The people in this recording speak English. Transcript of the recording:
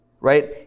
right